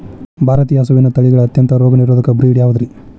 ಭಾರತೇಯ ಹಸುವಿನ ತಳಿಗಳ ಅತ್ಯಂತ ರೋಗನಿರೋಧಕ ಬ್ರೇಡ್ ಯಾವುದ್ರಿ?